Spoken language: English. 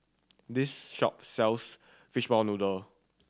this shop sells fishball noodle